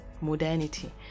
modernity